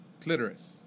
clitoris